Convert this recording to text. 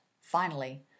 finally